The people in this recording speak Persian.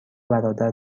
برادر